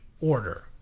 order